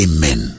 Amen